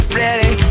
ready